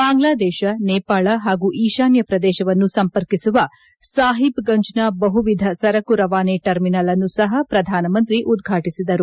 ಬಾಂಗ್ಲಾದೇಶ ನೇಪಾಳ ಹಾಗೂ ಈಶಾನ್ಯ ಪ್ರದೇಶವನ್ನು ಸಂಪರ್ಕಿಸುವ ಸಾಹಿಬ್ಗಂಜ್ನ ಬಹುವಿಧ ಸರಕು ರವಾನೆ ಟ್ರರ್ಮಿನಲ್ ಅನ್ನು ಸಹ ಪ್ರಧಾನ ಮಂತ್ರಿ ಉದ್ಘಾಟಿಸಿದರು